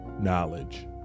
knowledge